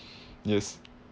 yes